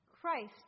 Christ